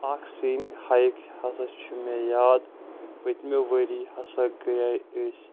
اَکھ سیٖنِک ہایِک ہسا چھُ مے یاد پٕتۍمہِ وٕرۍیہِ ہسا گٕیاے أسۍ